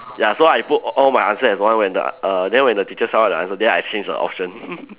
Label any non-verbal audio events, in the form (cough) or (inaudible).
ya so I put all my answer as one when the err then when the teacher saw the answer then I change the option (laughs)